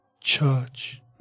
church